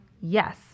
yes